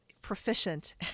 proficient